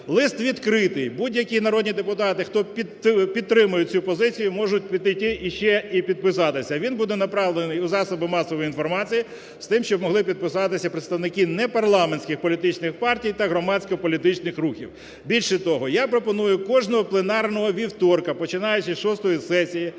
Лист відкритий. Будь-які народні депутати, хто підтримує цю позицію, можуть підійти іще і підписатися. Він буде направлений у засоби масової інформації з тим, щоб могли підписатися представники непарламентських політичних партій та громадських політичних рухів. Більше того, я пропоную кожного пленарного вівторка, починаючи з шостої